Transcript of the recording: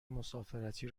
مسافرتی